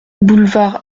boulevard